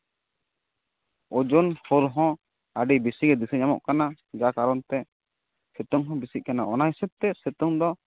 ᱳᱡᱳᱱ ᱦᱳᱨ ᱦᱚᱸ ᱟᱹᱰᱤ ᱵᱮᱥᱤᱜᱮ ᱫᱤᱥᱟᱹ ᱧᱟᱢᱚᱜ ᱠᱟᱱᱟ ᱡᱟ ᱠᱟᱨᱚᱱᱛᱮ ᱥᱤᱛᱩᱝ ᱦᱚᱸ ᱵᱮᱥᱤᱜ ᱠᱟᱱᱟ ᱚᱱᱟ ᱦᱤᱥᱟᱹᱵ ᱛᱮ ᱥᱤᱛᱩᱝ ᱫᱚ